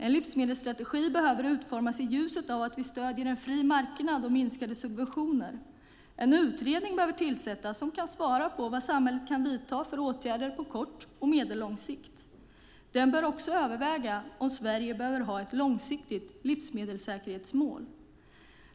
En livsmedelsstrategi behöver utformas i ljuset av att vi stöder en fri marknad och minskade subventioner. En utredning behöver tillsättas som kan svara på vad samhället kan vidta för åtgärder på kort och medellång sikt. Den bör också överväga om Sverige behöver ha ett långsiktigt livsmedelssäkerhetsmål.